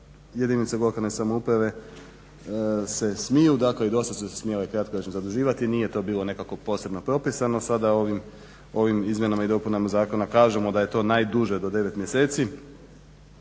jedinice lokalne samouprave se smiju, dakle i do sad su se smjele kratkoročno zaduživati. Nije to bilo nekako posebno propisano. Sada ovim izmjenama i dopunama zakona kažemo da je to najduže do 9 mjeseci,